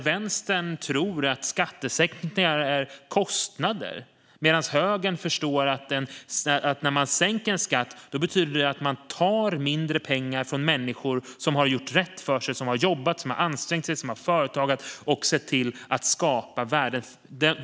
Vänstern tror att skattesänkningar är kostnader, medan högern förstår att när man sänker en skatt betyder det att man tar mindre pengar från människor som har gjort rätt för sig, som har jobbat, som har ansträngt sig som har företagat och som har sett till att skapa värde.